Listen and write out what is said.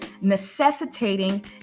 necessitating